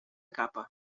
capa